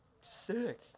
Sick